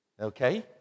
Okay